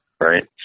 right